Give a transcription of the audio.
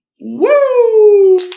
Woo